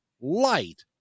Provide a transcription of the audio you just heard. light